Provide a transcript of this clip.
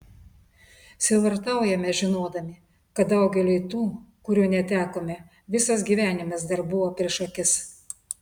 sielvartaujame žinodami kad daugeliui tų kurių netekome visas gyvenimas dar buvo prieš akis